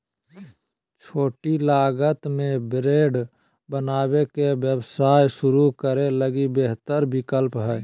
छोटी लागत में ब्रेड बनावे के व्यवसाय शुरू करे लगी बेहतर विकल्प हइ